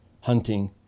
hunting